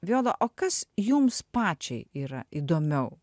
viola o kas jums pačiai yra įdomiau